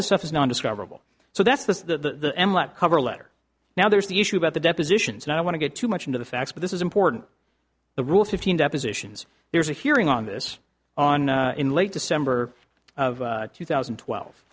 this stuff is not discoverable so that's the cover letter now there's the issue about the depositions and i want to get too much into the facts but this is important the rule fifteen depositions there's a hearing on this on in late december of two thousand and twelve